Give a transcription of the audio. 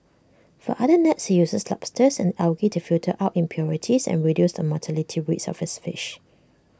for other nets he uses lobsters and algae to filter out impurities and reduce the mortality rates of his fish